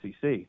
SEC